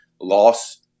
loss